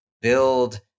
build